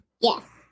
Yes